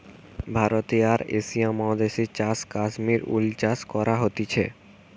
ভারতে আর এশিয়া মহাদেশে চাষ কাশ্মীর উল চাষ করা হতিছে